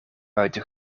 buiten